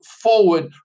forward